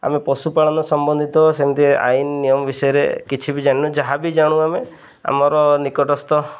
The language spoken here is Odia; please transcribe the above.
ଆମେ ପଶୁପାଳନ ସମ୍ବନ୍ଧିତ ସେମିତି ଆଇନ ନିୟମ ବିଷୟରେ କିଛି ବି ଜାଣିନୁ ଯାହା ବି ଜାଣୁ ଆମେ ଆମର ନିକଟସ୍ଥ